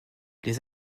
les